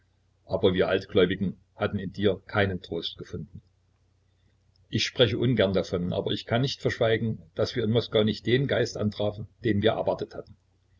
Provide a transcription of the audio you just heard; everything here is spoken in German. aber wir altgläubigen haben in dir keinen trost gefunden ich spreche ungern davon aber ich kann nicht verschweigen daß wir in moskau nicht den geist antrafen den wir erwartet hatten